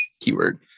keyword